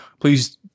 please